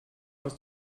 aus